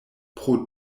pro